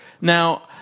Now